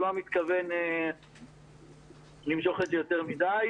הוא לא מתכוון למשוך את זה יותר מידי.